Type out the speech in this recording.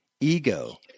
ego